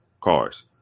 cars